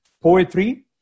poetry